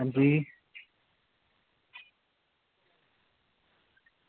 अंजी